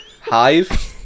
Hive